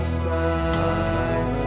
side